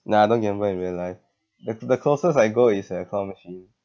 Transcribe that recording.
nah I don't gamble in real life the the closest I go is a claw machine